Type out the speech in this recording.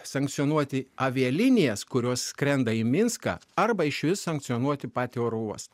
sankcionuoti avialinijas kurios skrenda į minską arba išvis sankcionuoti patį oro uostą